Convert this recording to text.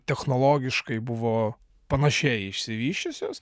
technologiškai buvo panašiai išsivysčiusios